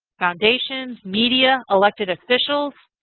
foundations, media, elected officials.